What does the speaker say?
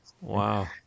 Wow